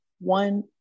one